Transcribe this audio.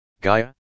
Gaia